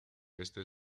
este